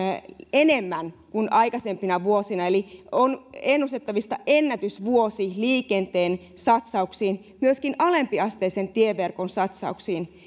enemmän kuin aikaisempina vuosina eli on ennustettavissa ennätysvuosi liikenteen satsauksissa myöskin alempiasteisen tieverkon satsauksissa